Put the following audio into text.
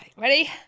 ready